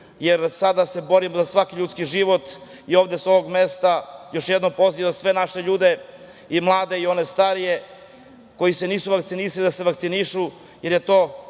jer sada se bore za svaki ljudski život. Ovde sa ovog mesta još jednom pozivam sve naše ljude, mlade i one starije koji se nisu vakcinisali, da se vakcinišu, jer je to